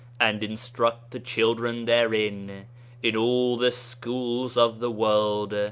and instruct the children therein in all the schools of the world,